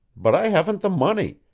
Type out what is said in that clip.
but i haven't the money,